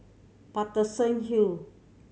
Paterson Hill